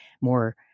more